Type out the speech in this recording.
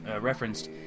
referenced